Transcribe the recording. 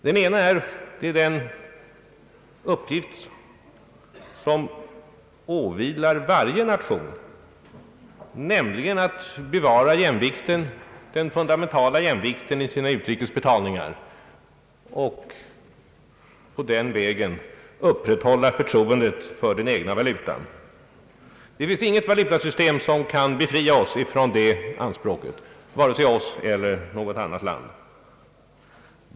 Det ena är den uppgift som åvilar varje nation, nämligen att bevara den fundamentala jämvikten i sina utrikesbetalningar och på den vägen upprätthålla förtroendet för den egna valutan. Det finns inget valutasystem som kan befria vare sig oss eller något annat land från den uppgiften.